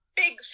big